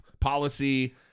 policy